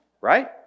Right